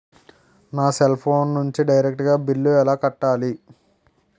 నా cell phone నుంచి direct గా బిల్లు ఎలా కట్టాలి?